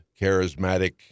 charismatic